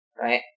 right